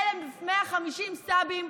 1,150 סבים,